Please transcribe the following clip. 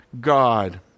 God